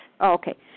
Okay